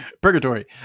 purgatory